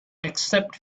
except